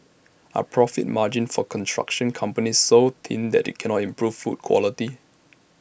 are profit margins for construction companies so thin that they cannot improve food quality